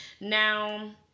Now